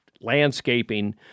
landscaping